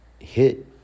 hit